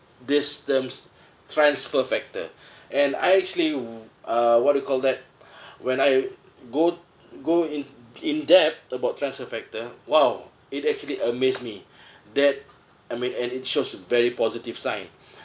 this terms transfer factor and I actually uh what you call that when I go go in in depth about transfer factor !wow! it actually amazed me that I mean and it shows a very positive sign